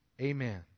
amen